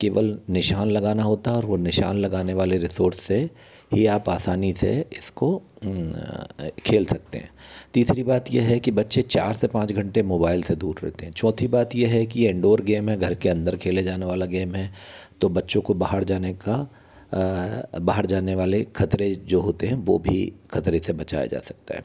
केवल निशान लगाना होता है और वह निशान लगाने वाले रिसोर्स से ही आप आसानी से इसको खेल सकते हैं तीसरी बात यह है कि बच्चे चार से पाँच घंटे मोबाइल से दूर रहते हैं चौथी बात यह है कि इंडोर गेम में घर के अंदर खेले जाने वाला गेम है तो बच्चों को बाहर जाने का बाहर जाने वाले ख़तरे जो होते हैं वह भी ख़तरे से बचाया जा सकता है